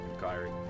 Kyrie